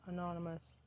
Anonymous